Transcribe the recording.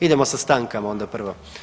Idemo sa stankama onda prvo.